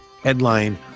headline